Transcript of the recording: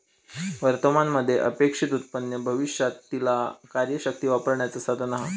वर्तमान मध्ये अपेक्षित उत्पन्न भविष्यातीला कार्यशक्ती वापरण्याचा साधन असा